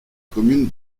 commune